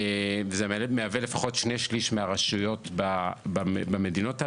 וזה מהווה לפחות שני-שליש מהרשויות במדינות הללו.